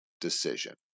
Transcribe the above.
decision